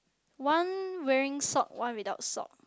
one wearing sock one without sock